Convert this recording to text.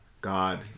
God